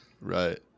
Right